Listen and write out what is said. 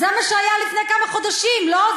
זה מה שהיה לפני כמה חודשים, לא?